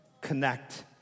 connect